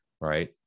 right